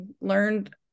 learned